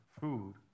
food